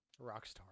Rockstar